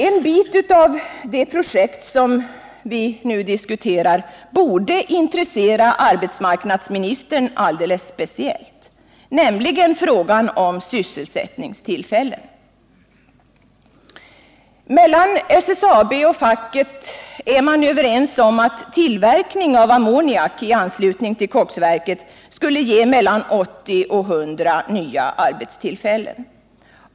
En bit av det projekt som diskuteras borde intressera arbetsmarknadsministern alldeles speciellt, nämligen frågan om sysselsättningstillfällen. Mellan SSAB och facket är man överens om att tillverkning av ammoniak i anslutning till koksverket skulle ge mellan 80 och 100 nya arbetstillfällen.